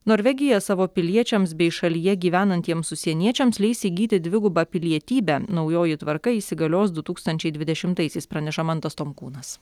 norvegija savo piliečiams bei šalyje gyvenantiems užsieniečiams leis įgyti dvigubą pilietybę naujoji tvarka įsigalios du tūkstančiai dvidešimtaisiais praneša mantas tonkūnas